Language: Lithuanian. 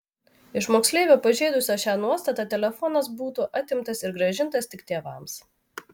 iš moksleivio pažeidusio šią nuostatą telefonas būtų atimtas ir grąžintas tik tėvams